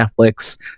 netflix